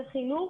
בחינוך